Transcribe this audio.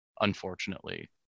unfortunately